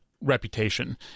reputation